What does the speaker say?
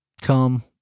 come